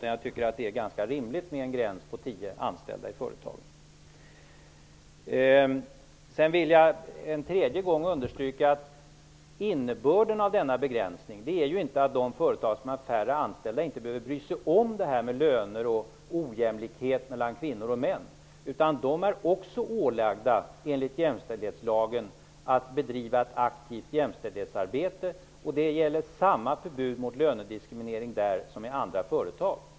Jag tycker att det är rimligt med en gräns på tio anställda i företagen. Jag vill en tredje gång understryka att innebörden av denna begränsning är inte att de företag som har färre än tio anställda inte behöver bry sig om frågan om löner och ojämlikhet mellan kvinnor och män. De är också ålagda enligt jämställdhetslagen att bedriva ett aktivt jämställdhetsarbete. Förbudet mot lönediskriminering gäller där som i andra företag.